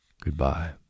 Goodbye